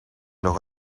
nog